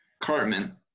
Cartman